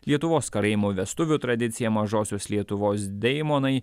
lietuvos karaimų vestuvių tradicija mažosios lietuvos deimonai